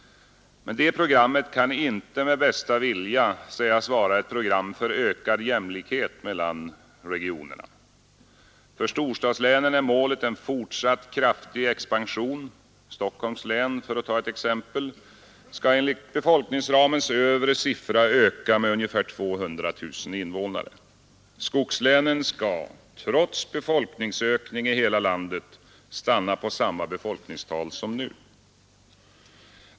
Detta program kan inte med bästa vilja sägas vara ett program för ökad jämlikhet mellan regionerna. För storstadslänen är målet en fortsatt kraftig expansion. Stockholms län — för att ta ett exempel — skall enligt befolkningsramens övre siffra öka med ungefär 200 000 invånare. Skogslänen skall trots befolkningsökning i hela landet stanna på samma befolkningstal som nu.